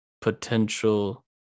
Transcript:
Potential